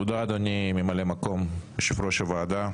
תודה אדוני ממלא מקום יושב-ראש הוועדה.